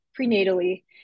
prenatally